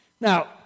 Now